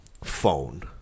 phone